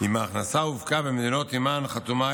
אם ההכנסה הופקה במדינות שעימן חתומה